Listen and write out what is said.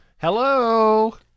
Hello